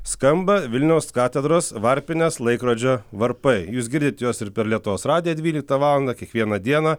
skamba vilniaus katedros varpinės laikrodžio varpai jūs girdit juos ir per lietuvos radiją dvyliktą valandą kiekvieną dieną